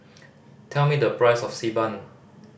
tell me the price of Xi Ban